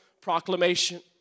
proclamation